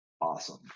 awesome